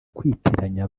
kwitiranya